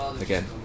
again